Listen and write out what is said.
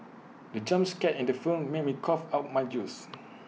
the jump scare in the film made me cough out my juice